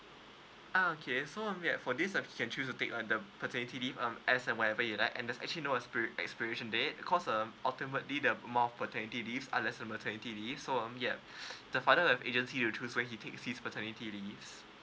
ah okay so um that for this can choose to take uh the paternity leave um as a whatever you like and there's actually no expiry expiration date cause um ultimately that more of paternity leave unless it's maternity leave so um yeah the father choose when he takes his paternity leaves